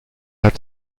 hat